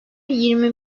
yirmi